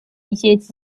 一些